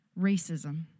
racism